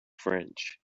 french